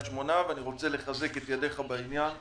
שמונה ואני רוצה לחזק את ידיך בעניין.